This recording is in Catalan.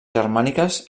germàniques